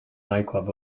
nightclub